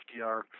FDR